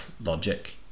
logic